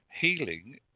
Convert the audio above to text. healing